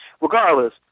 Regardless